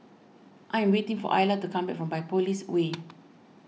I am waiting for Illa to come back from Biopolis Way